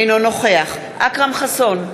אינו נוכח אכרם חסון,